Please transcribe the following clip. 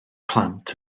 plant